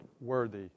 worthy